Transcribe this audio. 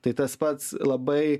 tai tas pats labai